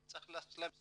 שצריך לעשות להם סוויצ'